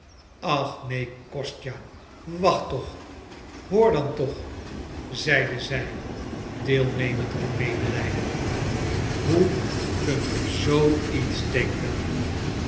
ach neen kostja wacht toch hoor dan toch zeide zij deelnemend en medelijdend hoe kunt ge zoo iets denken